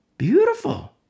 Beautiful